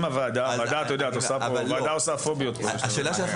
השאלה שלך, עד מתי יהיה המספר?